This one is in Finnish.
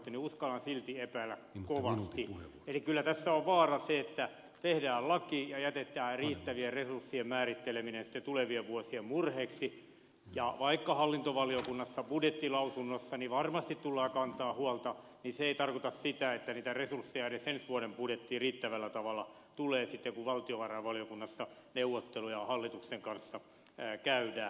kyllä tässä on vaarana se että tehdään laki ja jätetään riittävien resurssien määritteleminen sitten tulevien vuosien murheeksi ja vaikka hallintovaliokunnassa budjettilausunnossa varmasti tullaan kantamaan huolta siitä niin se ei tarkoita sitä että niitä resursseja edes ensi vuoden budjettiin riittävällä tavalla tulee sitten kun valtiovarainvaliokunnassa neuvotteluja hallituksen kanssa käydään